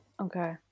Okay